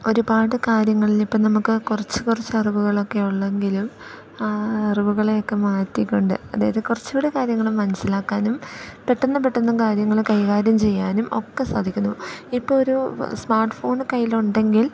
ഒരുപാട് കാര്യങ്ങളിൽ ഇപ്പം നമുക്ക് കുറച്ച് കുറച്ച് അറിവുകളൊക്കെ ഉള്ളൂയെങ്കിലും ആ അറിവുകളെയൊക്കെ മാറ്റിക്കൊണ്ട് അതായത് കുറച്ചുകൂടെ കാര്യങ്ങൾ മനസ്സിലാക്കാനും പെട്ടെന്ന് പെട്ടെന്ന് കാര്യങ്ങൾ കൈകാര്യം ചെയ്യാനും ഒക്കെ സാധിക്കുന്നു ഇപ്പോൾ ഒരു സ്മാർട്ട്ഫോണ് കയ്യിലുണ്ടെങ്കിൽ